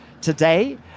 today